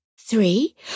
three